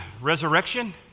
Resurrection